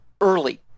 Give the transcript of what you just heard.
early